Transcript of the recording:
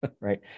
Right